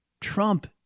Trump